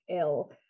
ill